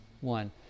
one